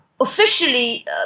Officially